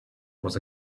was